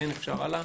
(שקף: צוות תקשורת).